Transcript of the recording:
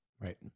Right